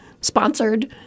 sponsored